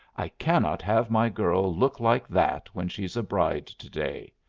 i cannot have my girl look like that when she's a bride to-day.